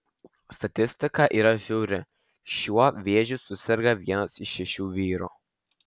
statistika yra žiauri šiuo vėžiu suserga vienas iš šešių vyrų